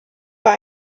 bei